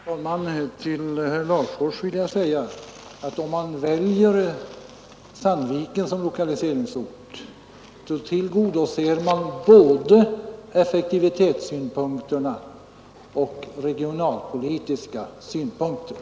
Herr talman! Till herr Larfors vill jag säga att om man väljer Sandviken som lokaliseringsort tillgodoser man både effektivitetssynpunkterna och de regionalpolitiska synpunkterna.